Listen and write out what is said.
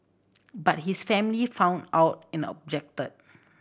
but his family found out and objected